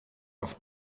auf